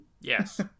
Yes